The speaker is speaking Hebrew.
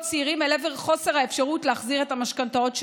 צעירים אל עבר חוסר האפשרות להחזיר את המשכנתאות שלוו.